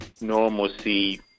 normalcy